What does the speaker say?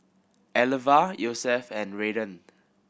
Elva Yosef and Raiden